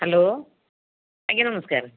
hello ଆଜ୍ଞା ନମସ୍କାର